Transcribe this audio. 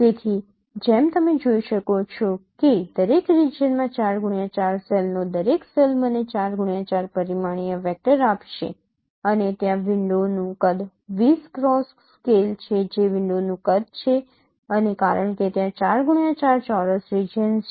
તેથી જેમ તમે જોઈ શકો છો કે દરેક રિજિયનમાં 4x4 સેલનો દરેક સેલ મને 4x4 પરિમાણીય વેક્ટર આપશે અને ત્યાં વિન્ડોનું કદ વીસ ક્રોસ સ્કેલ છે જે વિન્ડોનું કદ છે અને કારણ કે ત્યાં 4 x 4 ચોરસ રિજિયન્સ છે